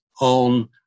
on